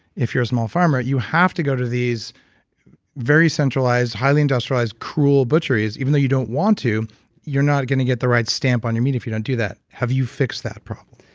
if you're a small farmer, you have to go to these very centralized, highly industrialized, cruel butcheries, even though you don't want to you're not going to get the right stamp on your meat if you don't do that. have you fixed that problem?